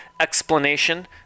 explanation